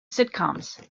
sitcoms